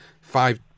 five